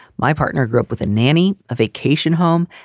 my partner grew up with a nanny, a vacation home,